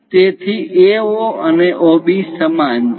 તેથી AO અને OB સમાન છે